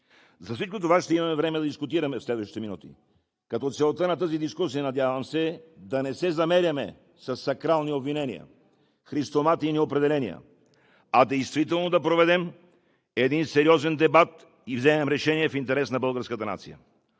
За всичко това ще имаме време да дискутираме в следващите минути, като целта на тази дискусия – надявам се, е да не се замеряме със сакрални обвинения, христоматийни определения, а действително да проведем сериозен дебат и вземем решение в интерес на българската нация.